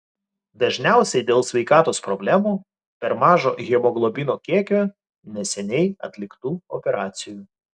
dažniausiai dėl sveikatos problemų per mažo hemoglobino kiekio neseniai atliktų operacijų